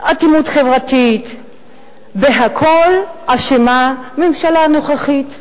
אטימות חברתית, בכול אשמה הממשלה הנוכחית.